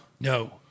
No